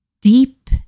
deep